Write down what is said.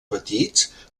petits